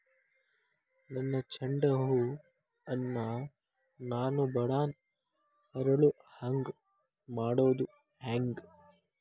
ನನ್ನ ಚಂಡ ಹೂ ಅನ್ನ ನಾನು ಬಡಾನ್ ಅರಳು ಹಾಂಗ ಮಾಡೋದು ಹ್ಯಾಂಗ್?